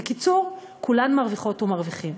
בקיצור, כולן מרוויחות ומרוויחים.